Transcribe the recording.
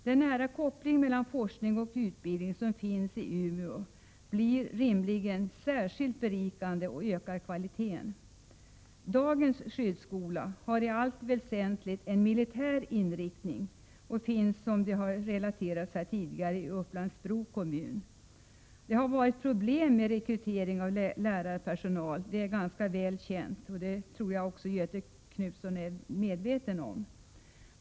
Den nära koppling mellan forskning och utbildning som finns i Umeå blir rimligen särskilt berikande och ökar kvaliteten. Dagens skyddsskola har i allt väsentligt en militär inriktning och finns i Upplands-Bro kommun. Det har varit problem med rekrytering av lärarpersonal, det är väl känt och det tror jag också Göthe Knutson är väl medveten om.